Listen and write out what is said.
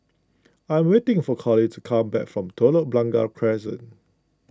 I'm waiting for Coley to come back from Telok Blangah Crescent